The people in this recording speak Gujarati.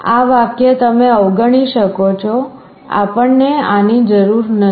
આ વાક્ય તમે અવગણી શકો છો આપણને આની જરૂર નથી